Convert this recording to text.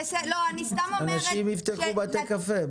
אנשים יפתחו בתי קפה.